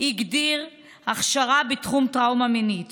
הגדירה הכשרה בתחום טראומה מינית